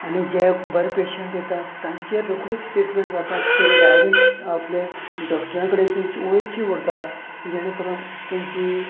आनी जे बरे पेशंट येतात तांचेर रेकडीच ट्रीटमेंट जाता किदे तें डायरेक्ट आपले डॉक्टरा कडेन तेची वळखी उरता जेणे करून तेंची